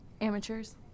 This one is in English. Amateurs